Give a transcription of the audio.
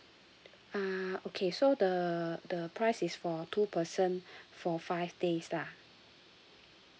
uh okay so the the price is for two person for five days lah